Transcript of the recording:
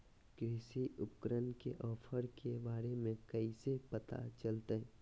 कृषि उपकरण के ऑफर के बारे में कैसे पता चलतय?